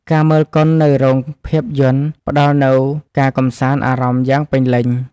ការមើលកុននៅរោងភាពយន្ត ផ្តល់នូវការកម្សាន្តអារម្មណ៍យ៉ាងពេញលេញ។